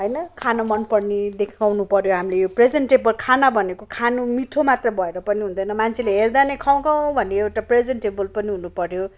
होइन खान मन पर्ने देखाउनु पऱ्यो हामीले यो प्रेजेन्टेबल खाना भनेको खानु मिठो मात्र भएर पनि हुँदैन मान्छेले हेर्दा नै खाऊँ खाऊँ भन्ने एउटा प्रेजेन्टेबल पनि हुनु पऱ्यो